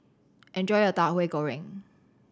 enjoy your Tauhu Goreng